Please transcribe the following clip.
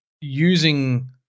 using